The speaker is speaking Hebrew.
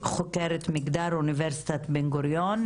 חוקרת מגדר מאוניברסיטת בן-גוריון,